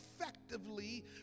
effectively